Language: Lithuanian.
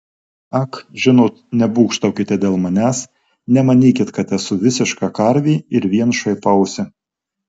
ak žinot nebūgštaukite dėl manęs nemanykit kad esu visiška karvė ir vien šaipausi